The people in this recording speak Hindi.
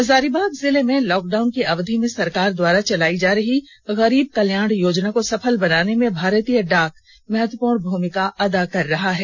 हजारीबाग जिले में लॉक डाउन की अवधि में सरकार द्वारा चलायी जा रही गरीब कल्याण योजना को सफल बनाने में भारतीय डाक महत्वपूर्ण भूमिका अदा कर रहा है